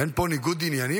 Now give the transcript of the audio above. אין פה ניגוד עניינים?